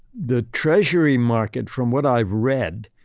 the treasury market, from what i've read,